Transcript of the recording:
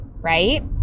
right